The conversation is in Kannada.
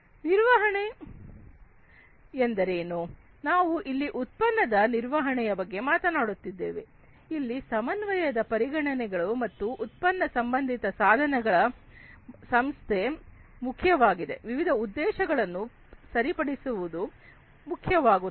ನಿರ್ವಹಣೆ ಎಂದರೇನು ನಾವು ಇಲ್ಲಿ ಉತ್ಪನ್ನದ ನಿರ್ವಹಣೆಯ ಬಗ್ಗೆ ಮಾತನಾಡುತ್ತಿದ್ದೇವೆ ಇಲ್ಲಿ ಸಮನ್ವಯದ ಪರಿಗಣನೆಗಳು ಮತ್ತು ಉತ್ಪನ್ನ ಸಂಬಂಧಿತ ಸಾಧನಗಳ ಸಂಸ್ಥೆ ಮುಖ್ಯವಾಗಿದೆ ವಿವಿಧ ಉದ್ದೇಶಗಳನ್ನು ಸರಿಪಡಿಸುವುದು ಮುಖ್ಯವಾಗಿರುತ್ತದೆ